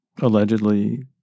allegedly